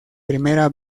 primera